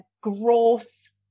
gross